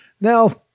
now